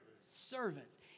servants